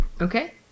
Okay